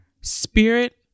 spirit